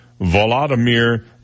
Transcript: Volodymyr